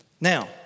Now